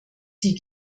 sie